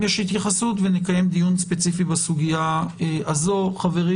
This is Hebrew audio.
אך יש להם זיקה כזו או אחרת לאזרחים ישראלים.